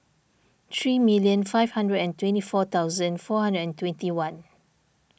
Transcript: three million five hundred and twenty four thousand four hundred and twenty one